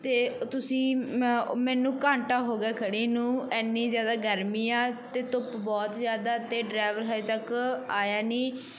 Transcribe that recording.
ਅਤੇ ਤੁਸੀਂ ਮ ਮੈਨੂੰ ਘੰਟਾ ਹੋ ਗਿਆ ਖੜ੍ਹੀ ਨੂੰ ਇੰਨੀ ਜ਼ਿਆਦਾ ਗਰਮੀ ਆ ਅਤੇ ਧੁੱਪ ਬਹੁਤ ਜ਼ਿਆਦਾ ਅਤੇ ਡਰਾਈਵਰ ਹਾਲੇ ਤੱਕ ਆਇਆ ਨਹੀਂ